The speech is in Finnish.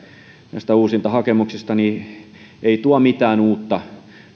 näistä uusintahakemuksista ei tuo mitään uutta